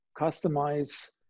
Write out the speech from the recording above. customize